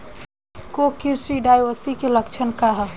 Coccidiosis के लक्षण का ह?